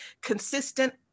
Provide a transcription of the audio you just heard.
consistent